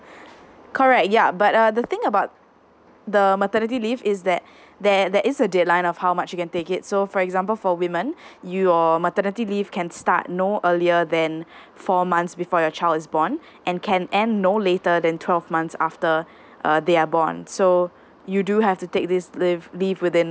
correct ya but uh the thing about the maternity leave is that there there is a deadline of how much you can take it so for example for women your maternity leave can start no earlier than four months before your child is born and can and no later than twelve months after uh they are born so you do have to take this leave leave within